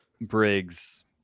Briggs